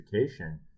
education